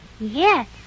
Yes